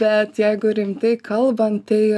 bet jeigu rimtai kalbant tai